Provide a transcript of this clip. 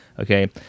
Okay